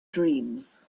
dreams